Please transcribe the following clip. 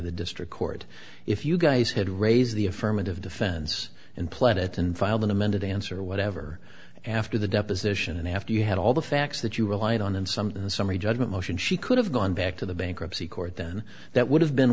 the district court if you guys had raised the affirmative defense and planet and filed an amended answer whatever after the deposition and after you had all the facts that you rely on and some summary judgment motion she could have gone back to the bankruptcy court then that would have been